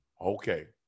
Okay